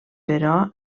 però